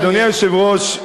אדוני היושב-ראש,